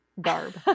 garb